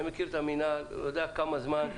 אני יודע כמה זמן.